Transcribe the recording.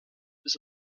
bis